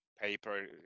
paper